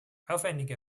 aufwendige